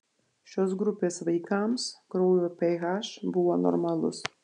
šios grupės vaikams kraujo ph buvo normalus